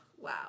Wow